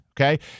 Okay